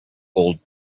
old